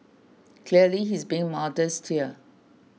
clearly he's being modest here